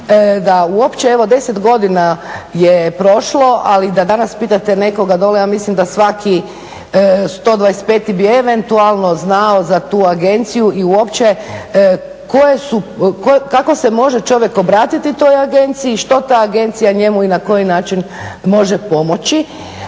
da uopće evo 10 godina je prošlo, ali da danas pitate nekoga dolje ja mislim da svaki 125 bi eventualno znao za tu agenciju i uopće kako se može čovjek obratiti toj agenciji, što ta agencija njemu i na koji način može pomoći.